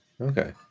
Okay